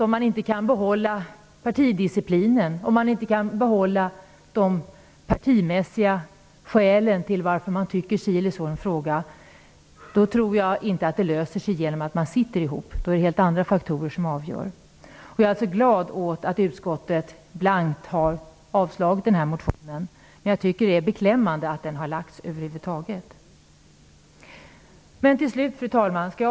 Om man inte kan behålla partidisciplinen och de partimässiga skälen till varför man tycker si eller så i en fråga tror jag inte att det hjälper att man sitter samlat, utan då är det helt andra faktorer som är avgörande. Jag är alltså glad över att utskottet har avstyrkt denna motion. Det är beklämmande att den över huvud taget har väckts. Fru talman!